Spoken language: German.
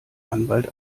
anwalt